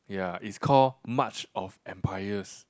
ya it's call March of Empires